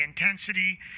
intensity